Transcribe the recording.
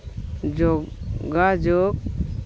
ᱡᱳᱜᱟᱡᱳᱜᱽ